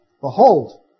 Behold